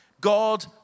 God